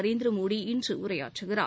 நரேந்திர மோடி இன்று உரையாற்றுகிறார்